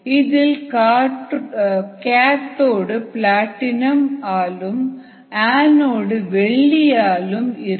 இதில் காத்தோடு பிளாட்டினம் ஆலும் ஆநோடு வெள்ளியாலும் இருக்கும்